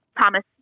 Thomas